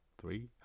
three